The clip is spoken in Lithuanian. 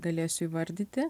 galėsiu įvardyti